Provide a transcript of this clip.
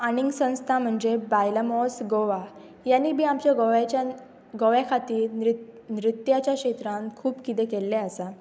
आनीक संस्था म्हणजे बायलांमोस गोवा हाणी बी आमच्या गोंवच्या गोव्या खातीर नृ नृत्याच्या क्षेत्रान खूब किदें केल्लें आसा